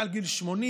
מעל גיל 80,